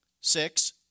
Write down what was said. six